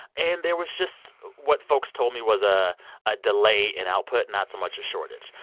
and there was just what folks told me was ah a delay in output, not so much a shortage.